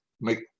make